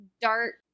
dark